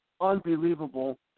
unbelievable